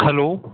hello